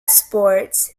sports